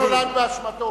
לא נולד באשמתו,